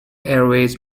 airways